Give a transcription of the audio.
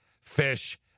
Fish